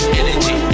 energy